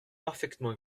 parfaitement